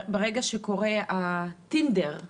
ברגע שקורה הטינדר,